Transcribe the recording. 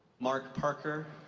mark parker,